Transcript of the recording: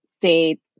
date